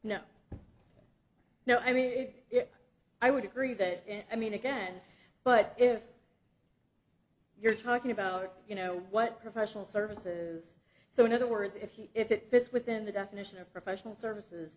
know no i mean i would agree that i mean again but if you're talking about you know what professional services so in other words if he if it fits within the definition of professional services